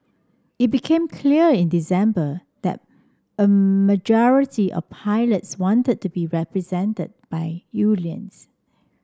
it became clear in December that a majority of pilots wanted to be represented by unions